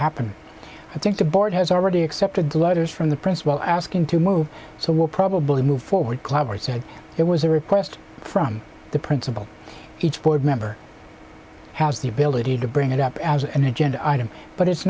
happen i think the board has already accepted letters from the principal asking to move so we'll probably move forward clever said there was a request from the principal each board member has the ability to bring it up as an agenda item but it's